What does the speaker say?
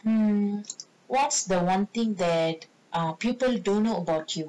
mm what's the one thing that err people don't know about you